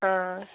हां